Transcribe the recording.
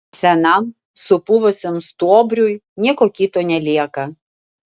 senam supuvusiam stuobriui nieko kito nelieka